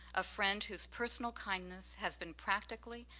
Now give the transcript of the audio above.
a friend whose personal kindness has been practically,